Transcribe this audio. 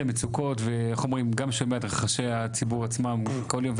המצוקות וגם שומע את רחשי הציבור עצמם כל יום.